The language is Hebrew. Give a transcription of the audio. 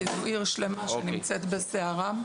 כי מדובר בעיר שלמה שנמצאת בסערה.